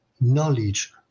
knowledge